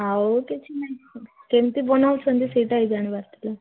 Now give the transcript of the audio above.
ଆଉ କିଛି ନାଇଁ କେମିତି ବନଉଛନ୍ତି ସେଇଟା ହି ଜାଣିବାର ଥିଲା